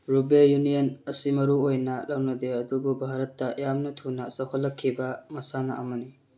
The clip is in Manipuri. ꯔꯨꯒꯕꯦ ꯌꯨꯅꯤꯌꯟ ꯑꯁꯤ ꯃꯔꯨ ꯑꯣꯏꯅ ꯂꯧꯅꯗꯦ ꯑꯗꯨꯕꯨ ꯚꯥꯔꯠꯇ ꯌꯥꯝꯅ ꯊꯨꯅ ꯆꯥꯎꯈꯠꯂꯛꯈꯤꯕ ꯃꯁꯥꯟꯅ ꯑꯃꯅꯤ